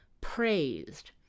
praised